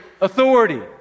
authority